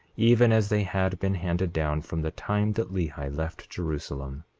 even as they had been handed down from the time that lehi left jerusalem.